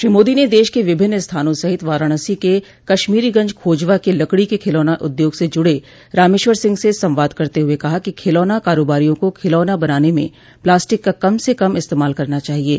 श्री मोदी ने देश के विभिन्न स्थानों सहित वाराणसी के कश्मीरीगंज खोजवा के लकड़ी के खिलौना उद्योग से जुड़े रामेश्वर सिंह से संवाद करते हुए कहा कि खिलौना कारोबारियों को खिलौने बनाने में प्लास्टिक का कम स कम इस्तेमाल करना चाहिये